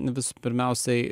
vis pirmiausiai